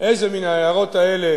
איזה מן ההערות האלה